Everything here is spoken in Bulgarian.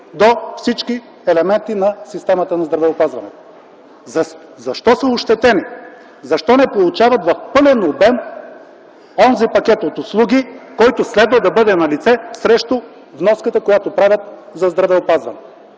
до всички елементи на системата на здравеопазването? Защо са ощетени? Защо не получават в пълен обем онзи пакет от услуги, който следва да бъде налице срещу вноската, която правят за здравеопазване?